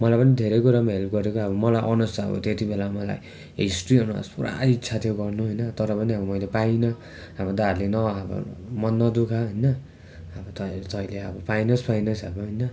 मलाई पनि धेरै कुरामा हेल्प गरेको मलाई अनर्स अब त्यति बेला मलाई हिस्ट्री अनर्स पुरा इच्छा थियो गर्नु होइन तर पनि अब मैले पाइनँ हाम्रो दादाहरूले न अब मन नदुखा होइन अब तै तैँले अब पाएनस् पाएनस् अब होइनन